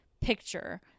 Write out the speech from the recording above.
picture